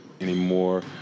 anymore